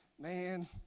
Man